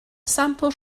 sampl